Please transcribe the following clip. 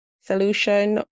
solution